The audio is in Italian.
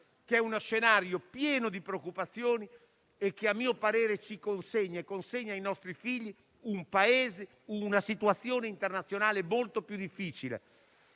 ci muoviamo, pieno di preoccupazioni e che, a mio parere, consegna a voi e ai nostri figli un Paese e una situazione internazionale molto più difficili.